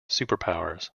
superpowers